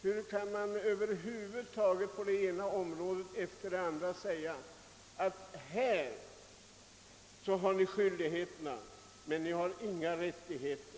Hur kan man över huvud taget på det ena området efter det andra säga till de unga att här har ni skyldigheter men inga rättigheter?